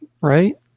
right